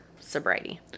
sobriety